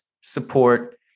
support